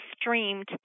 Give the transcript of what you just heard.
streamed